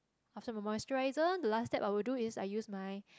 after my moisturiser the last step I will do is I use my